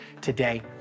today